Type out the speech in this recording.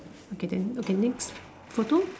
okay the okay next photo